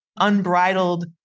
unbridled